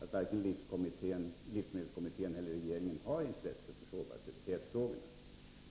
att varken livsmedelskommittén eller regeringen har intresse för sårbarhetsfrågorna.